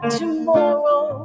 tomorrow